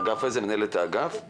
האגף שלנו הוא לא לבד מול ציבור הפונים,